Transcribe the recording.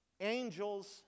angels